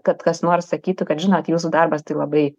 kad kas nors sakytų kad žinot jūsų darbas tai labai